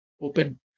open